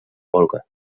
volga